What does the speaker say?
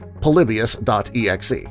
Polybius.exe